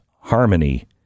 harmony